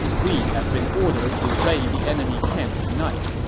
we have been ordered to raid the enemy camp tonight.